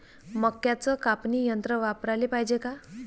मक्क्याचं कापनी यंत्र वापराले पायजे का?